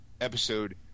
Episode